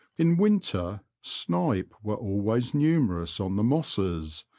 in winter, snipe were always numerous on the mosses,